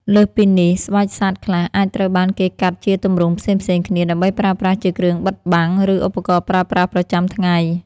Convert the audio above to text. លើសពីនេះ ស្បែកសត្វខ្លះអាចត្រូវបានគេកាត់ជាទម្រង់ផ្សេងៗគ្នា ដើម្បីប្រើប្រាស់ជាគ្រឿងបិទបាំង ឬឧបករណ៍ប្រើប្រាស់ប្រចាំថ្ងៃ